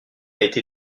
été